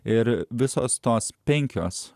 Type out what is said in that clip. ir visos tos penkios